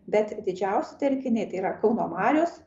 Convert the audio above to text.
bet didžiausi telkiniai tai yra kauno marios